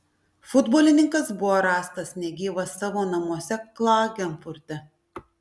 futbolininkas buvo rastas negyvas savo namuose klagenfurte